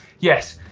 yes,